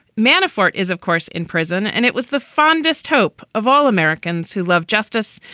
manafort is, of course, in prison. and it was the fondest hope of all americans who love justice.